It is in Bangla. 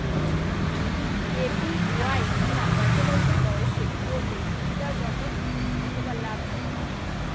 এ.পি.ওয়াই বীমা কত বছর বয়সে করলে সুবিধা জনক অথবা লাভজনক?